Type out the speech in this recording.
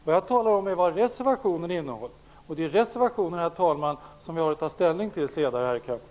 Vad jag talar om är vad reservationen innehåller, och det är reservationen, herr talman, som vi har att ta ställning till senare i kväll.